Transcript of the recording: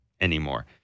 anymore